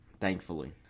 thankfully